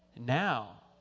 now